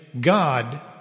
God